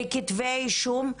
בכתבי אישום,